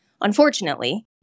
unfortunately